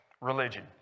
Religion